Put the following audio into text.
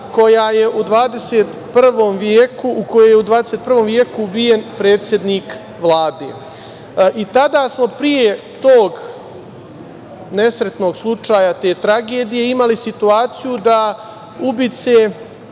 kojoj je u 21. veku ubijen predsednik Vlade i tada smo pre tog nesrećnog slučaja, te tragedije, imali situaciju da ubice